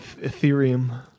Ethereum